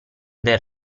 del